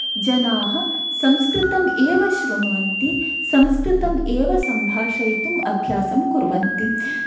जनाः संस्कृतम् एव श्रृण्वन्ति संस्कृतम् एव सम्भाषयितुम् अभ्यासं कुर्वन्ति